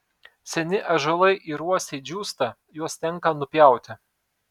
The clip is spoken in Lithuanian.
seni ąžuolai ir uosiai džiūsta juos tenka nupjauti